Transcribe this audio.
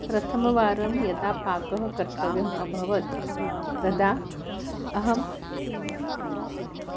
प्रथमवारं यदा पाकः कर्तव्यः अभवत् तदा अहम्